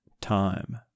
time